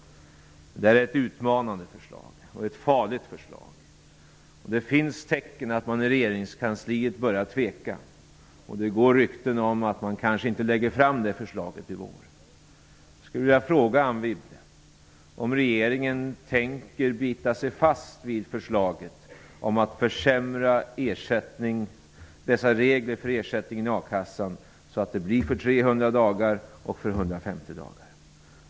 Det är ett utmanande och farligt förslag. Det finns tecken på att man i regeringskansliet börjar tvivla. Det går rykten om att man kanske inte kommer att lägga fram det förslaget i vår. dagar och 150 dagar?